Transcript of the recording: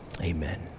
amen